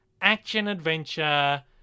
action-adventure